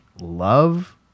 love